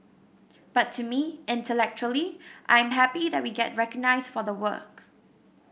but to me intellectually I am happy that we get recognised for the work